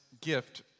gift